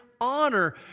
honor